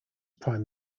prime